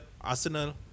Arsenal